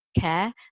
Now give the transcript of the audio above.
care